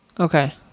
Okay